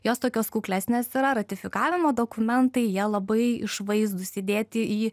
jos tokios kuklesnės yra ratifikavimo dokumentai jie labai išvaizdūs įdėti į